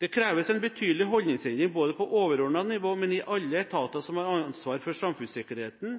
Det kreves en betydelig holdningsendring på både overordnet nivå og i alle etater som har ansvar for samfunnssikkerheten,